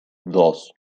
dos